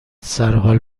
سرحال